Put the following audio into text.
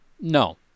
No